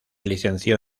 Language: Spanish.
licenció